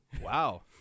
Wow